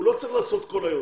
הוא לא צריך לעשות כל היום.